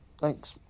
Thanks